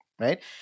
Right